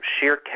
Sheer